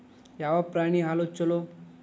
ಯಾವ ಪ್ರಾಣಿ ಹಾಲು ಛಲೋ?